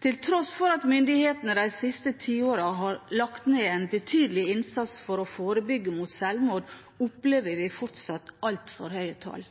Til tross for at myndighetene de siste tiårene har lagt ned en betydelig innsats for å forebygge sjølmord, opplever vi fortsatt altfor høye